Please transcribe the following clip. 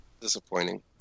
disappointing